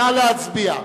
נא להצביע.